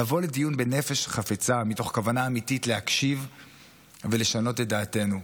לבוא לדיון בנפש חפצה מתוך כוונה אמיתית להקשיב ולשנות את דעתנו.